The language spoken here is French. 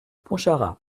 pontcharrat